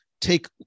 take